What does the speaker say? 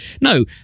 No